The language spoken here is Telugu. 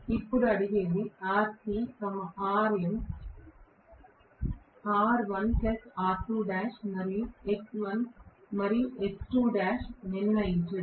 ఇప్పుడు అడిగేది Rc Rm R1 R2l మరియు X1 మరియు X2l నిర్ణయించడం